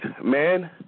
man